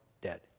dead